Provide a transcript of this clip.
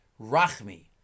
Rachmi